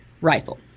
rifle